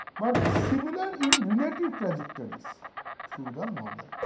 but similar in relative trajectories through the um novel.